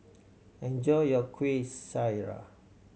enjoy your Kueh Syara